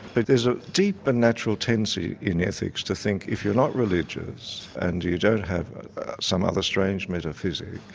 but there's a deep and natural tendency in ethics to think if you're not religious and you don't have some other strange metaphysic,